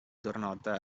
diwrnodau